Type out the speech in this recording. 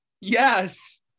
Yes